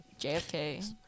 jfk